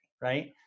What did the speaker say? right